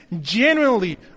genuinely